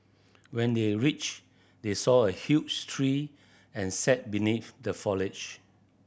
when they reached they saw a huge tree and sat beneath the foliage